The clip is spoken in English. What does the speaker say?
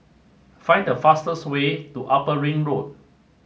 find the fastest way to Upper Ring Road